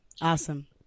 Awesome